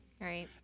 Right